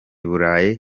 burayi